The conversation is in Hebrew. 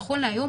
נכון להיום,